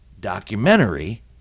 documentary